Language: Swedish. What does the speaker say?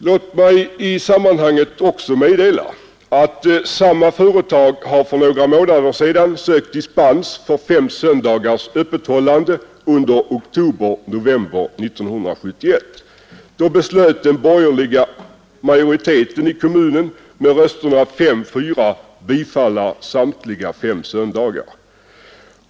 Jag vill i sammanhanget också meddela att samma företag för några månader sedan sökte dispens för fem söndagars öppethållande under oktober-november 1971. Då beslöt den borgerliga majoriteten i kommunen med 5 röster mot 4 att bifalla samtliga fem sökta söndagar.